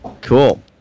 cool